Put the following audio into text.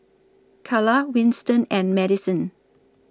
Kala Winston and Madison